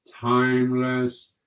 Timeless